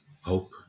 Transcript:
hope